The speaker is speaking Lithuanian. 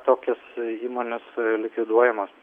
tokios įmonės likviduojamos